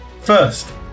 First